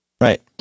right